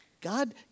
God